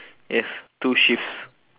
it has two shifts